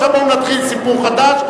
עכשיו בואו נתחיל סיפור חדש,